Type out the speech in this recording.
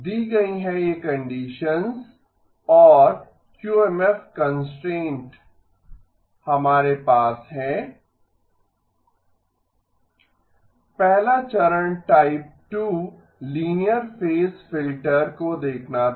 दी गयी हैं यें कंडीशन्स और QMF constraint H 0H 1−z हमारे पास है पहला चरण टाइप 2 लीनियर फेज फ़िल्टर को देखना था